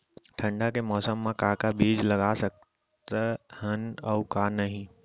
ठंडा के मौसम मा का का बीज लगा सकत हन अऊ का नही?